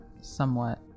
somewhat